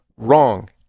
Wrong